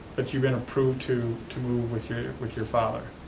but you've been approved to to move with your with your father?